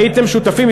הייתם שותפים,